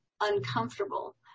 uncomfortable